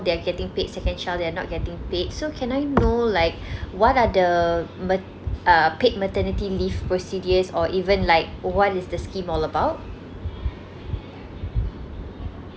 they are getting paid second child they are not getting paid so can I know like what are the ma~ err paid maternity leave procedures or even like what is the scheme all about